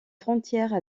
frontières